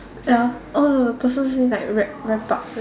ya oh no the person say like wrap wrap up